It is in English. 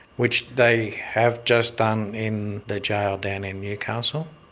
which they have just done in the jail down in newcastle.